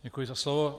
Děkuji za slovo.